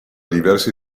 diversi